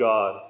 God